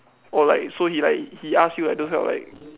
orh like so he like he ask you like those kind of like